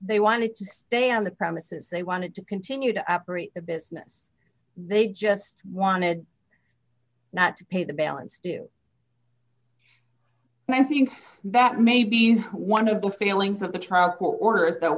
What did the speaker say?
they wanted to stay on the premises they wanted to continue to operate the business they just wanted not to pay the balance due and i think that maybe one of the failings of the trial court order is th